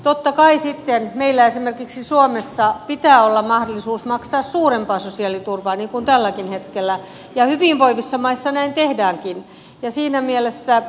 totta kai sitten meillä esimerkiksi suomessa pitää olla mahdollisuus maksaa suurempaa sosiaaliturvaa niin kuin tälläkin hetkellä ja hyvinvoivissa maissa näin tehdäänkin